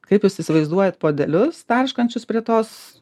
kaip jūs įsivaizduojate puodelius tarškančius prie tos